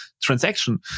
transaction